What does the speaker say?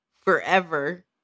forever